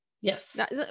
Yes